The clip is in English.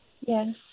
Yes